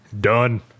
done